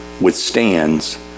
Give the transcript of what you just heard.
withstands